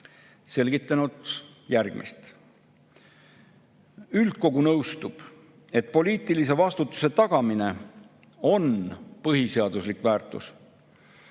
selgitanud seda järgmiselt: "Üldkogu nõustub, et poliitilise vastutuse tagamine on põhiseaduslik väärtus.